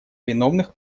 виновных